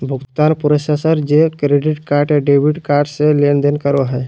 भुगतान प्रोसेसर जे credit card या डेबिट कार्ड से लेनदेन करो हइ